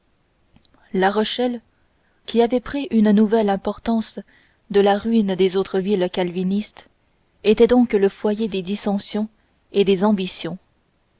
la rochelle qui avait pris une nouvelle importance de la ruine des autres villes calvinistes était donc le foyer des dissensions et des ambitions